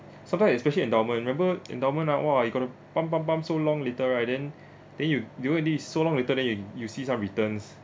sometimes especially endowment remember endowment ah !wah! you got to pump pump pump so long later right then then you you don't even need already really so long later then you you see some returns